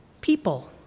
people